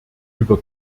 über